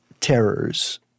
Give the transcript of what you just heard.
terrors